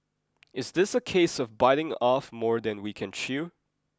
is this a case of biting off more than we can chew